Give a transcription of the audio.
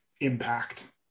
impact